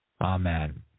Amen